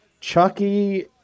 Chucky